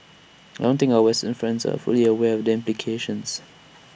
I don't think our western friends are fully aware of them